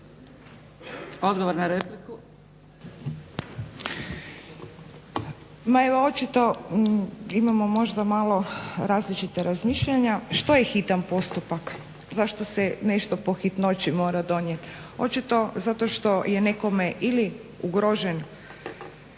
Odgovor na repliku.